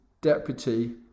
deputy